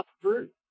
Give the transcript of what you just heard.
uproot